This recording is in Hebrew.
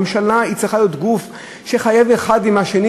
ממשלה צריכה להיות גוף שחייבים לעבוד בו האחד עם השני,